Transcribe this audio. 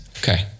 Okay